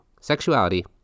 sexuality